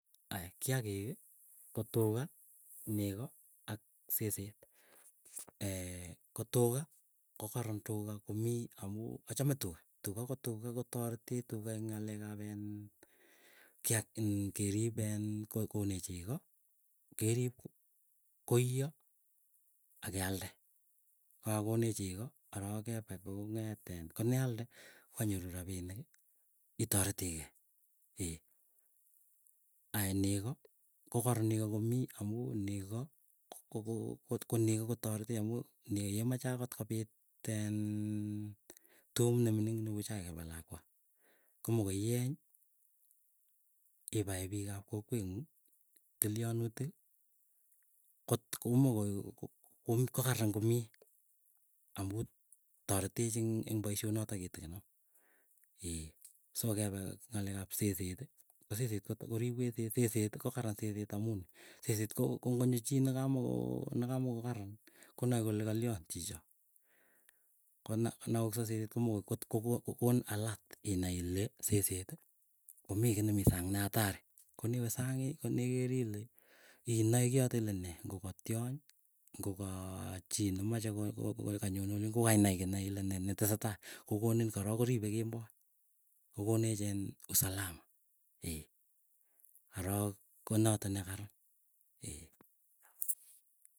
Aya kiakik ko tuga, nego, ak seset. Ko tuga ko karan tuga komii amuu achame tuga tuga ko tuga kotaretech tuga eng ngalek ap iin, kokonech chego kerip koiyo akealde. Kokakokonech chego arok kepe kong'et in komealde kokainyoru rapinik itoretegei, aya nego kokoron nego komii amuu negoo. Ko negoo kemoche agot kobit eenh tuum nemining neu chaig ab lakwa komagoiyeny, ibae bik ap kokweng ngung ii tilyanutik ii kokararan komitei. Amuu taretech ing boisyet notok gitigin noo. ngalek ab seset goribech seset ii. seset ii gogararan seset amuu nii. ngo nyo chii nekamogogararan konae gole galyion chichon go naoksa seset iigogonin alert onae gole mi giy ne mii sang. Ne samis, nde we sang inane gole nee notog mii sang ngo ga tiony anan go chii nogomeche koleganyone olin kokainai kiy neai ile nee nenetesetai kogonin korok koripe kemboi kokonech iin usalama arok konoto nekaran ee.